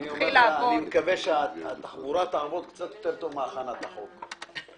אני מקווה שהתחבורה תעבוד קצת יותר טוב מהכנת הצעת החוק.